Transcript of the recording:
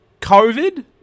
COVID